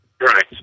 Right